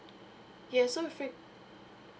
yeah so with